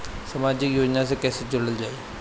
समाजिक योजना से कैसे जुड़ल जाइ?